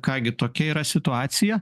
ką gi tokia yra situacija